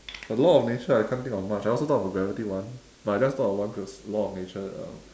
a law of nature I can't think of much I also thought of gravity [one] but I just thought of one that's law of nature um